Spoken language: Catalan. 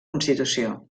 constitució